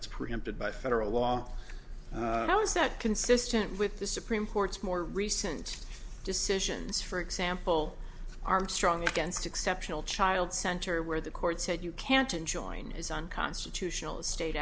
it's preempted by federal law how is that consistent with the supreme court's more recent decisions for example armstrong against exceptional child center where the court said you can't enjoin is unconstitutional state